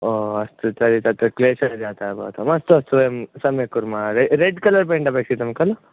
ओ अस्तु तर्हि तत्र क्लेशः जातः भवताम् अस्तु अस्तु वयं सम्यक् कुर्मः रे रेड् कलर् पेण्ट् अपेक्षितं खलु